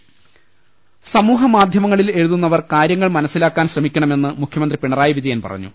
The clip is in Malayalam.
രദ്ധ്ഷ്ടങ സമൂഹ മാധ്യമങ്ങളിൽ എഴുതുന്നവർ കാര്യങ്ങൾ മനസ്സിലാക്കാൻ ശ്രമി ക്കണമെന്ന് മുഖ്യമന്ത്രി പിണറായി വിജയൻ പറഞ്ഞു